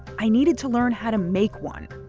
i needed to learn how to make one.